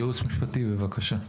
הייעוץ המשפטי, בבקשה.